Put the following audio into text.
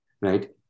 right